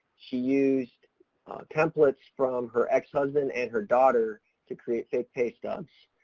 she used templates from her ex-husband and her daughter to create fake pay stubs,